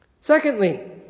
Secondly